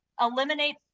eliminate